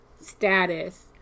status